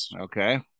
okay